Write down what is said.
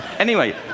anyway,